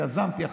יזמתי,